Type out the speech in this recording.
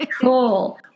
cool